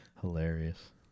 Hilarious